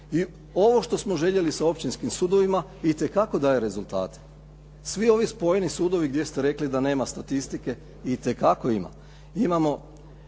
i ovo što smo željeli sa općinskim sudovima itekako daje rezultate. Svi ovi spojeni sudovi gdje ste rekli da nema statistike, itekako ima.